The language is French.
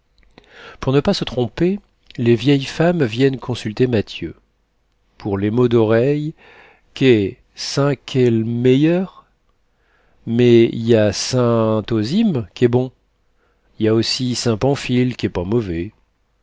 pour ne pas se tromper les vieilles bonnes femmes viennent consulter mathieu pour les maux d'oreilles qué saint qu'est l'meilleur mais y a saint osyme qu'est bon y a aussi saint pamphile qu'est pas mauvais